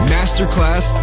Masterclass